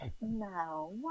No